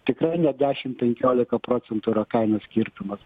tikrai ne dešim penkiolika procentų yra kainų skirtumas